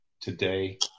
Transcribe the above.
today